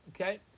Okay